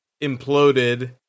imploded